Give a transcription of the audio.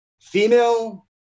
female